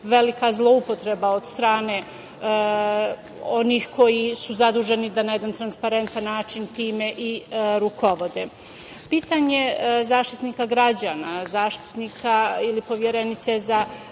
velika zloupotreba od strane onih koji su zaduženi da na jedan transparentan način time i rukovode. Pitanje Zaštitnika građana, Zaštitnika ili Poverenice za